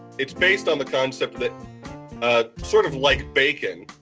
it's based on the concept that sort of like bacon,